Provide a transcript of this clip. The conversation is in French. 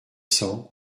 cents